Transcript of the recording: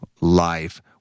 life